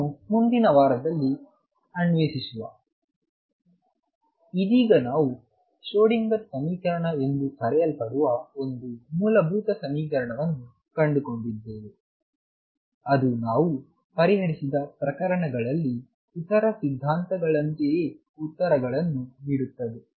ಇದನ್ನು ಮುಂದಿನ ವಾರದಲ್ಲಿ ಅನ್ವೇಷಿಸುವ ಇದೀಗ ನಾವು ಶ್ರೋಡಿಂಗರ್ ಸಮೀಕರಣ ಎಂದು ಕರೆಯಲ್ಪಡುವ ಒಂದು ಮೂಲಭೂತ ಸಮೀಕರಣವನ್ನು ಕಂಡುಕೊಂಡಿದ್ದೇವೆ ಅದು ನಾವು ಪರಿಹರಿಸಿದ ಪ್ರಕರಣಗಳಲ್ಲಿ ಇತರ ಸಿದ್ಧಾಂತದಂತೆಯೇ ಉತ್ತರಗಳನ್ನು ನೀಡುತ್ತದೆ